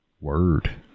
Word